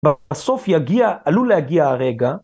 בסוף יגיע, עלול להגיע הרגע.